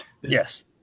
Yes